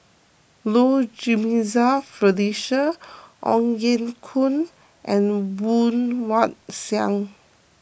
Low Jimenez Felicia Ong Ye Kung and Woon Wah Siang